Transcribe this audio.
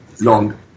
long